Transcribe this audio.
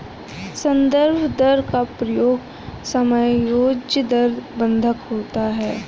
संदर्भ दर का प्रयोग समायोज्य दर बंधक होता है